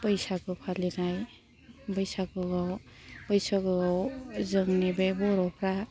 बैसागु फालिनाय बैसागुआव बैसागुआव जोंनि बे बर'फ्रा